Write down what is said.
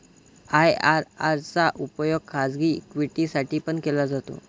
IRR चा उपयोग खाजगी इक्विटी साठी पण केला जातो